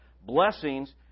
blessings